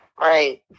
Right